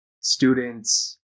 students